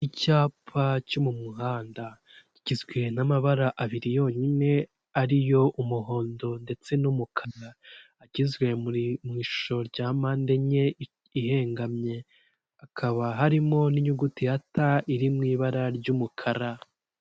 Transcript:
Icyapa cyo mu muhanda kigizwe n'abara abiri yonyine ariyo umuhondo ndetse n'umukara agizwe muri, mu ishusho rya mpande enye ihengamye, akaba harimo n'inyuguti ya T iri mw'ibara ry'umukara.